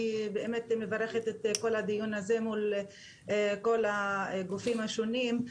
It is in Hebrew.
אני מברכת על קיום הדיון הזה מול כל הגופים השונים.